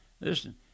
listen